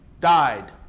died